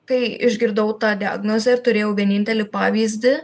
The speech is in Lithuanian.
kai išgirdau tą diagnozę ir turėjau vienintelį pavyzdį